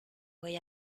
voy